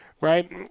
right